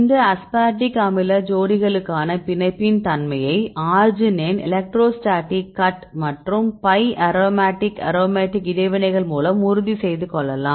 இந்த அஸ்பார்டிக் அமில ஜோடிகளுக்கான பிணைப்பின் தன்மையை அர்ஜினைன் எலக்ட்ரோஸ்டேடிக் கட் மற்றும் பை அரோமேட்டிக் அரோமேட்டிக் இடைவினைகள் மூலம் உறுதி செய்து கொள்ளலாம்